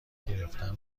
گرفتن